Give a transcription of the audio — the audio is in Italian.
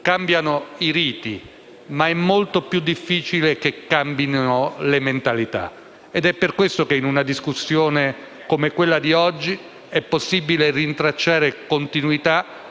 cambiano i riti, ma è molto più difficile che cambino le mentalità. È per questo che in una discussione come quella di oggi è possibile rintracciare continuità